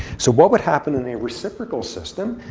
so what would happen in a reciprocal system,